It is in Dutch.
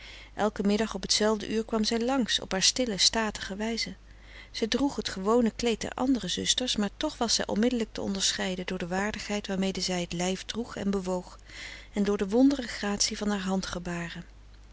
elken middag op t zelfde uur kwam zij langs op haar stille statige wijze zij droeg t gewone kleed der andere zusters maar toch was zij onmiddelijk te onderscheiden door de waardigheid waarmede zij t lijf droeg en bewoog en door de wondere gratie van haar